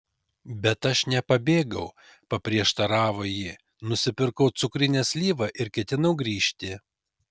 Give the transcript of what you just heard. bet aš nepabėgau paprieštaravo ji nusipirkau cukrinę slyvą ir ketinau grįžti